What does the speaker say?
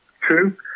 true